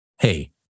Hey